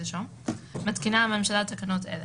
לחוק, מתקינה הממשלה תקנות אלה: